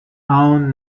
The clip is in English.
own